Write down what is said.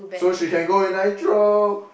so she can go with Nitro